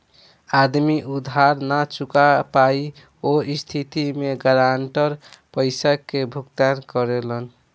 आदमी उधार ना चूका पायी ओह स्थिति में गारंटर पइसा के भुगतान करेलन